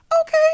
okay